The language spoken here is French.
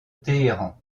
téhéran